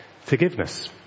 forgiveness